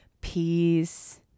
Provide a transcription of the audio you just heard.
peace